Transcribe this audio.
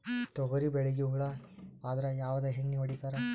ತೊಗರಿಬೇಳಿಗಿ ಹುಳ ಆದರ ಯಾವದ ಎಣ್ಣಿ ಹೊಡಿತ್ತಾರ?